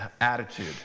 attitude